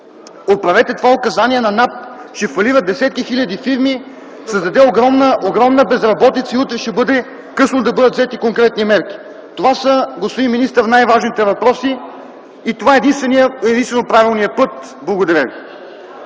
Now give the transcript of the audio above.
оправете това указание на НАП. Ще фалират десетки хиляди фирми, ще се създаде огромна безработица и утре ще бъде късно да бъдат взети конкретни мерки. Това са, господин министър, най-важните въпроси. И това е единствено правилният път. Благодаря ви.